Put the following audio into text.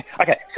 okay